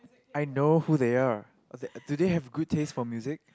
I know who they are or they do they have a good taste for music